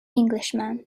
englishman